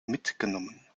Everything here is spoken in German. mitgenommen